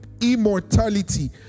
immortality